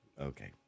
Okay